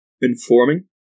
informing